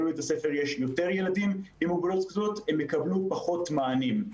אם בבית הספר יש יותר ילדים עם מוגבלויות שכיחות הם יקבלו פחות מענים.